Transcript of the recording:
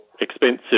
expensive